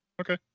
Okay